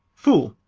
fool